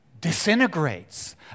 disintegrates